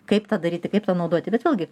kaip tą daryti kaip tą naudoti bet vėlgi